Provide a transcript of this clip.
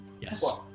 Yes